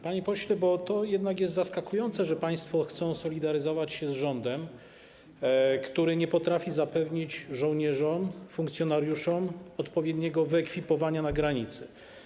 Panie pośle, to jednak jest zaskakujące, że państwo chcą solidaryzować się z rządem, który nie potrafi zapewnić żołnierzom, funkcjonariuszom odpowiedniego wyekwipowania na granicy.